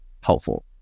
helpful